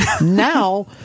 Now